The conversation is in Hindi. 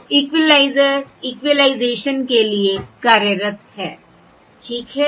तो इक्विलाइजर इक्विलाइजेशन के लिए कार्यरत है ठीक है